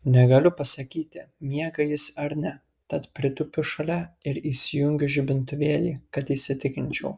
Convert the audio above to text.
negaliu pasakyti miega jis ar ne tad pritūpiu šalia ir įsijungiu žibintuvėlį kad įsitikinčiau